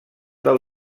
del